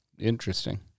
Interesting